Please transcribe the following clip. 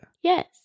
Yes